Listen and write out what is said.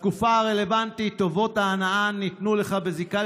בתקופה הרלוונטית טובות ההנאה ניתנו לך בזיקה